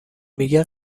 میگه